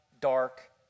dark